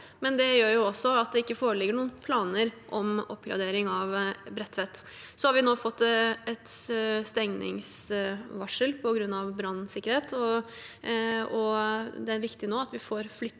men det gjør også at det ikke foreligger noen planer om oppgradering av Bredtveit. Nå har vi fått et stengningsvarsel på grunn av brannsikkerhet, og det er nå viktig at vi får flyttet